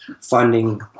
funding